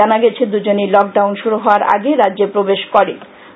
জানা গেছে দুজনই লক ডাউন শুরু হওয়ার আগেই রাজ্যে প্রবেশ করেন